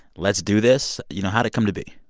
let's do this? you know, how'd it come to be?